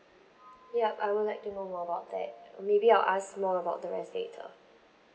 yup I would like to know more about that maybe I'll ask more about the rest later